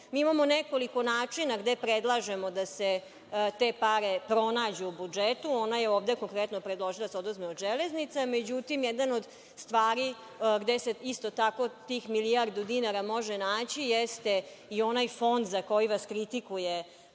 Mi imamo nekoliko načina gde predlažemo da se te pare pronađu u budžetu. Ona je ovde konkretno predložila da se oduzme od „Železnica“ međutim, jedna od stvari gde se isto tako tih milijardu dinara može naći jeste i onaj fond za koji vas kritikuje